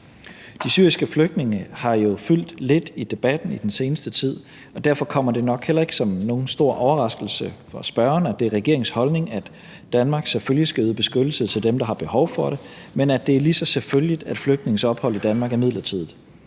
De syriske flygtninge har fyldt lidt i debatten i den seneste tid, og derfor kommer det nok heller ikke som nogen stor overraskelse for spørgeren, at det er regeringens holdning, at Danmark selvfølgelig skal yde beskyttelse til dem, der har behov for det, men at det er selvfølgeligt, at flygtninges ophold i Danmark er midlertidigt.